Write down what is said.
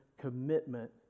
commitment